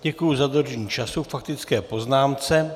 Děkuji za dodržení času k faktické poznámce.